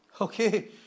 Okay